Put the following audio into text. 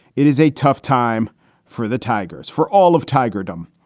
it is a tough time for the tigers for all of tiger adam.